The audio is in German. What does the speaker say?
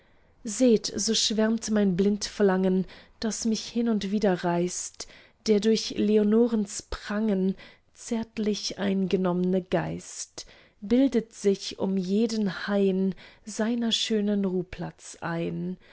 seht so schwärmt mein blind verlangen das mich hin und wider reißt der durch leonorens prangen zärtlich eingenommne geist bildet sich um jeden hain seiner schönen ruhplatz ein